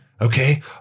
Okay